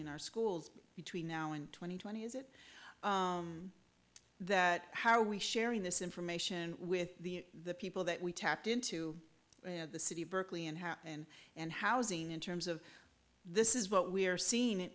in our schools between now and twenty twenty is it that how are we sharing this information with the people that we tapped into the city of berkeley and happen and housing in terms of this is what we are seeing